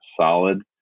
solid